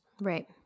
Right